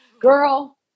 Girl